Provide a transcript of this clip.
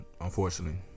Unfortunately